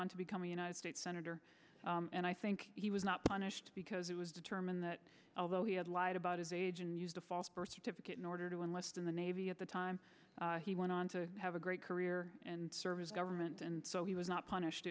on to become a united states senator and i think he was not punished because it was determined that although he had lied about his age and used a false birth certificate in order to enlist in the navy at the time he went on to have a great career and serve his government and so he was not punished